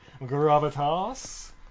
gravitas